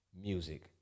music